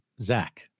Zach